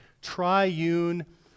triune